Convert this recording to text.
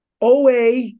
OA